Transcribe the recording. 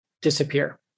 disappear